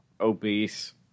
obese